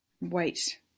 wait